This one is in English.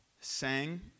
sang